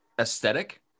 aesthetic